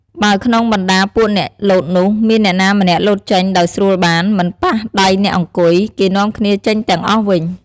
បើក្នុងបណ្តាពួកអ្នកលោតនោះ មានអ្នកណាម្នាក់លោតចេញដោយស្រួលបាន មិនប៉ះដៃអ្នកអង្គុយ គេនាំគ្នាចេញទាំងអស់វិញ ។